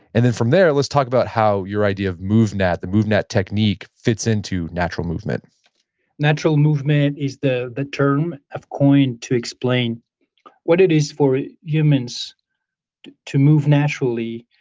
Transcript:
and then from there, let's talk about how your idea of movnat, the movnat technique fits into natural movement natural movement is the the term i've coined to explain what it is for humans to move naturally,